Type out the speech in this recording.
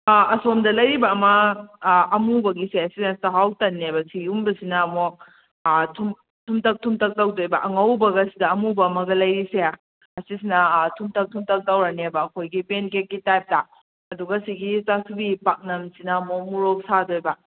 ꯑꯁꯣꯝꯗ ꯂꯩꯔꯤꯕ ꯑꯃ ꯑꯃꯨꯕꯒꯤꯁꯦ ꯑꯁꯤꯅ ꯆꯍꯥꯎ ꯇꯟꯅꯦꯕ ꯁꯤꯒꯨꯝꯕꯁꯤꯅ ꯑꯃꯨꯛ ꯊꯨꯝꯇꯛ ꯊꯨꯝꯇꯛ ꯇꯧꯗꯣꯏꯕ ꯑꯉꯧꯕꯒꯁꯤꯗ ꯑꯃꯨꯕ ꯑꯃꯒ ꯂꯩꯔꯤꯁꯦ ꯑꯁꯤꯁꯤꯅ ꯊꯨꯝꯇꯛ ꯊꯨꯝꯇꯛ ꯇꯧꯔꯅꯦꯕ ꯑꯩꯈꯣꯏꯒꯤ ꯄꯦꯟ ꯀꯦꯛꯀꯤ ꯇꯥꯏꯞꯇ ꯑꯗꯨꯒ ꯁꯤꯒꯤ ꯆꯥꯁꯨꯕꯤ ꯄꯥꯛꯅꯝꯁꯤꯅ ꯑꯃꯨꯛ ꯃꯣꯔꯣꯛ ꯁꯥꯗꯣꯏꯕ